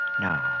Now